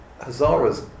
Hazaras